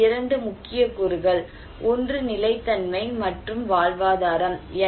இங்கே இரண்டு முக்கிய கூறுகள் ஒன்று நிலைத்தன்மை மற்றும் வாழ்வாதாரம்